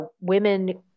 women